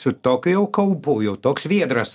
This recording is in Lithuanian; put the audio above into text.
su tokiu jau kaupu jau toks viedras